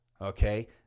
Okay